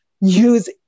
use